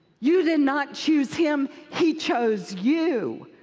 you did not choose him he chose you.